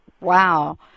Wow